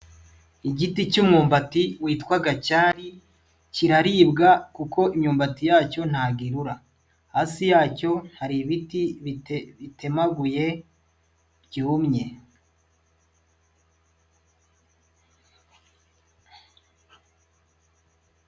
Igiti cy'umumbati witwa gacyari kiraribwa kuko imyumbati yacyo ntabwo irura, hasi yacyo hari ibiti bitemaguye byumye.